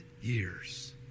years